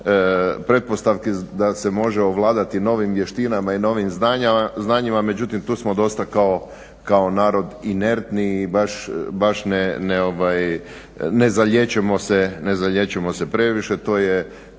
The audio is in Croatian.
pretpostavki da se može ovladati novim vještinama i novim znanjima, međutim, tu smo dosta kao narod inertni i baš ne zaliječimo se previše,